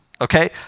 okay